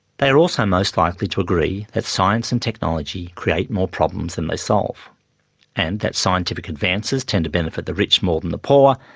they are also most likely to agree that science and technology creates more problems than it solves, and that scientific advances tend to benefit the rich more than the poor,